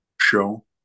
show